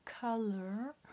color